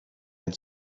had